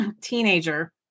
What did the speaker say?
teenager